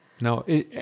No